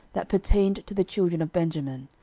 that pertained to the children of benjamin,